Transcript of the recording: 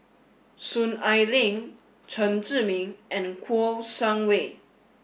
Soon Ai Ling Chen Zhiming and Kouo Shang Wei